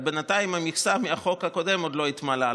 רק בינתיים המכסה מהחוק הקודם עוד לא התמלאה.